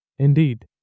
Indeed